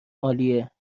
عالیه